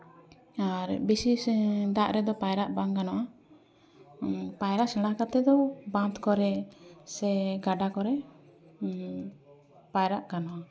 ᱟᱨ ᱵᱮᱥᱤ ᱥᱮ ᱫᱟᱜ ᱨᱮᱫᱚ ᱯᱟᱭᱨᱟᱜ ᱵᱟᱝ ᱜᱟᱱᱚᱜᱼᱟ ᱯᱟᱭᱨᱟ ᱥᱮᱬᱟ ᱠᱟᱛᱮᱫ ᱫᱚ ᱵᱟᱸᱫᱷ ᱠᱚᱨᱮ ᱥᱮ ᱜᱟᱰᱟ ᱠᱚᱨᱮ ᱯᱟᱭᱨᱟᱜ ᱜᱟᱱᱚᱜᱼᱟ